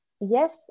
Yes